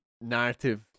narrative